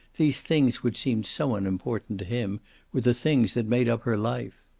these things which seemed so unimportant him were the things that made up her life.